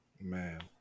Man